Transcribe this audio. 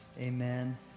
Amen